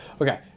Okay